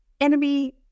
enemy